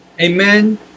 Amen